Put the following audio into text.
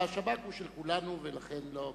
השב"כ הוא של כולנו, ולכן לא כדאי,